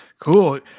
Cool